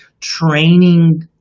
training